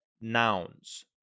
nouns